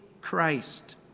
Christ